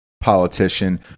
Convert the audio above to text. politician